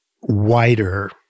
wider